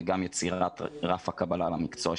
וגם יצירת רף הקבלה למקצוע,